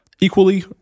Equally